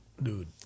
dude